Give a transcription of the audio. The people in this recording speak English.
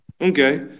Okay